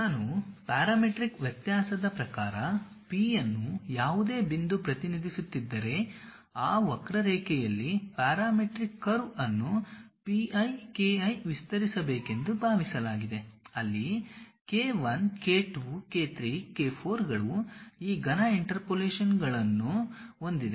ನಾನು ಪ್ಯಾರಾಮೀಟ್ರಿಕ್ ವ್ಯತ್ಯಾಸದ ಪ್ರಕಾರ P ಅನ್ನು ಯಾವುದೇ ಬಿಂದು ಪ್ರತಿನಿಧಿಸುತ್ತಿದ್ದರೆ ಆ ವಕ್ರರೇಖೆಯಲ್ಲಿ ಪ್ಯಾರಾಮೀಟ್ರಿಕ್ ಕರ್ವ್ ಅನ್ನು P i k i ವಿಸ್ತರಿಸಬೇಕೆಂದು ಭಾವಿಸಲಾಗಿದೆ ಅಲ್ಲಿ K 1 K 2 K 3 K 4 ಗಳು ಈ ಘನ ಇಂಟರ್ಪೋಲೇಷನ್ಗಳನ್ನು ಹೊಂದಿವೆ